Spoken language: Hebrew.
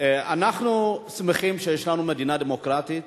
אנחנו שמחים שיש לנו מדינה דמוקרטית,